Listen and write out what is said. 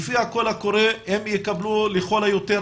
לפי הקול הקורא הם יקבלו לכל היותר